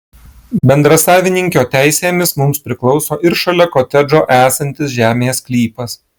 bendrasavininkio teisėmis mums priklauso ir šalia kotedžo esantis žemės sklypas